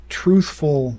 truthful